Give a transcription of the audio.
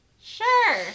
Sure